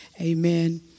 Amen